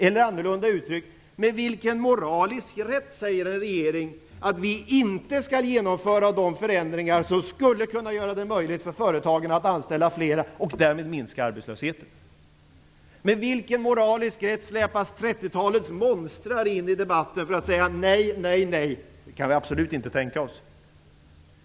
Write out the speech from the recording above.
Eller annorlunda uttryckt: Med vilken moralisk rätt säger regeringen att vi inte skall genomföra de förändringar som skulle kunna göra det möjligt för företagen att anställa fler och därmed minska arbetslösheten? Med vilken moralisk rätt släpas monstren från 30-talet in i debatten som motiv för att säga: Nej, nej och åter nej; det kan vi absolut inte tänka oss?